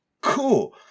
cool